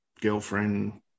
girlfriend